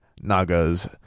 nagas